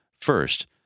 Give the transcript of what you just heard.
First